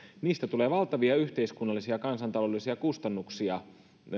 niistä tulee valtavia yhteiskunnallisia kansantaloudellisia kustannuksia